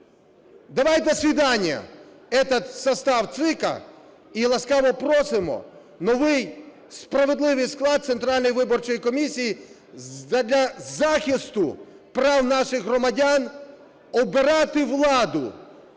этот состав ЦИКа і ласкаво просимо новий справедливий склад Центральної виборчої комісії задля захисту прав наших громадян обирати владу